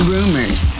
Rumors